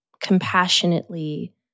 compassionately